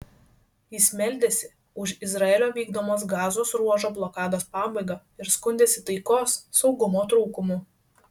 jis meldėsi už izraelio vykdomos gazos ruožo blokados pabaigą ir skundėsi taikos saugumo trūkumu